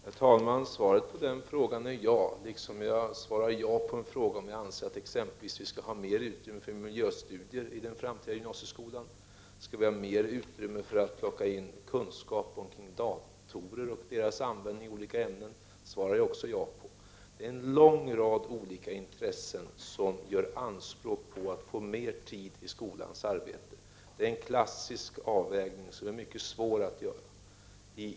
Herr talman! Svaret på den frågan är ja, liksom jag svarar ja på en fråga om jag anser att vi skall ha mer utrymme exempelvis för miljöstudier och för kunskap om datorer och deras användning i olika ämnen i den framtida gymnasieskolan. Också på det är svaret ja. Det är en lång rad av olika intressen som gör anspråk på att få mer tid i skolans arbete. Det är en klassisk avvägning, som är mycket svår att göra.